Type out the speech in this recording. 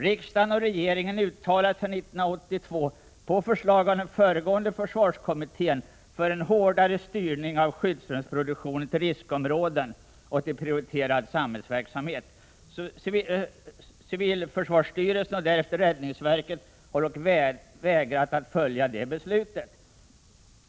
Riksdagen och regeringen uttalade sig 1982, på förslag av den föregående försvarskommittén, för en hårdare styrning av skyddsrumsproduktionen till riskområden och till prioriterade samhällsverksamheter. Civilförsvarsstyrelsen och därefter räddningsverket har dock vägrat att följa detta beslut.